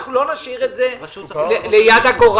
אנחנו לא נשאיר את זה ליד הגורל,